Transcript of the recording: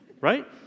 Right